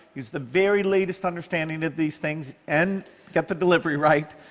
use the very latest understanding of these things, and get the delivery right,